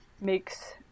makes